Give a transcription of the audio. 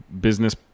business